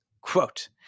quote